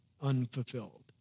unfulfilled